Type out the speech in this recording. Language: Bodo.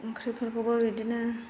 ओंख्रिफोरखौबो बेदिनो